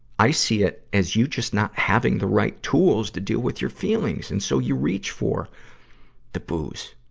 i see it as you just not having the right tools to do with your feelings, and so you reach for the booze.